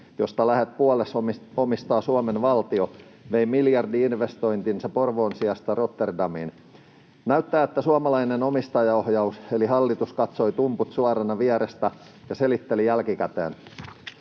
josta lähes puolet omistaa Suomen valtio, vei miljardi-investointinsa Porvoon sijasta Rotterdamiin. Näyttää, että suomalainen omistajaohjaus, eli hallitus, katsoi tumput suorina vierestä ja selitteli jälkikäteen.